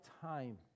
time